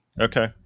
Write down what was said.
Okay